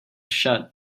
shut